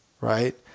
right